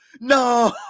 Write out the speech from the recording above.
no